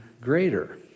greater